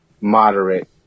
moderate